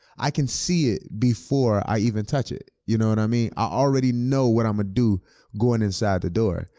i can see it before i even touch it, you know what i mean? i already know what i'ma do going inside the door.